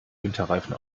winterreifen